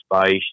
space